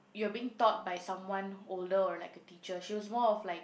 you're being taught by someone older or like a teacher she was more of like